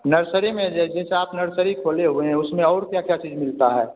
nursery में जे जैसा आप नर्सरी खोले हुए हैं उसमें और क्या क्या चीज मिलता है